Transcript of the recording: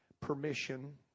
permission